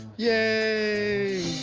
yea.